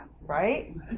right